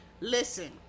listen